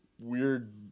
weird